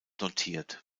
notiert